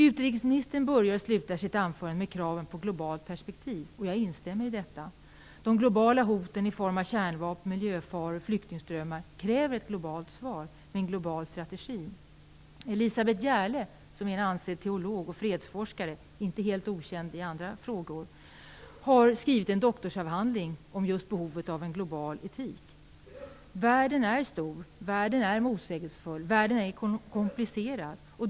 Utrikesministern börjar och slutar sitt anförande med kraven på globalt perspektiv. Jag instämmer i detta. De globala hoten i form av kärnvapen, miljöfaror och flyktingströmmar kräver ett globalt svar med en global strategi. Elisabet Gerle, som är en ansedd teolog och fredsforskare - inte helt okänd i andra frågor - har skrivit en doktorsavhandling om behovet av en global etik. Världen är stor. Världen är motsägelsefull. Världen är komplicerad.